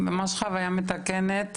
ממש חוויה מתקנת,